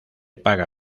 paga